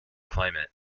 climate